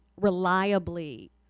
reliably